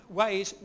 ways